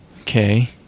Okay